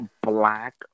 black